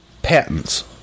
patents